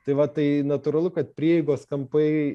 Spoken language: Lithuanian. tai va tai natūralu kad prieigos kampai